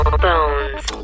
Bones